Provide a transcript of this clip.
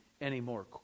anymore